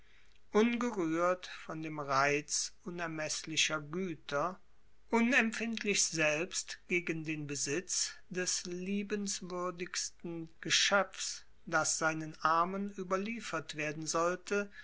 ungerührt von dem reiz unermeßlicher güter unempfindlich selbst gegen den besitz des liebenswürdigsten geschöpfs das seinen armen überliefert werden sollte